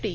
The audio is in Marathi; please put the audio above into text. डी